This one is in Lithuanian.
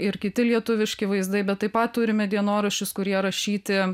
ir kiti lietuviški vaizdai bet taip pat turime dienoraščius kurie rašyti